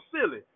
silly